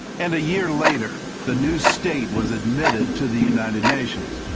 and a year later, the new state was admitted to the united nations.